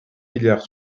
milliards